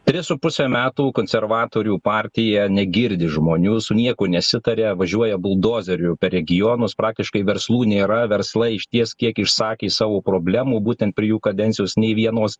tris su puse metų konservatorių partija negirdi žmonių su niekuo nesitaria važiuoja buldozeriu per regionus praktiškai verslų nėra verslai išties kiek išsakė savo problemų būtent per jų kadencijos nei vienos